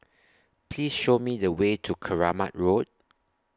Please Show Me The Way to Keramat Road